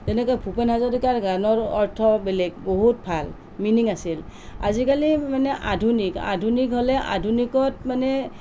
যেনেকৈ ভূপেন হাজৰিকাৰ গানৰ অৰ্থ বেলেগ বহুত ভাল মিনিং আছিল আজিকালি মানে আধুনিক আধুনিক হ'লে আধুনিকত মানে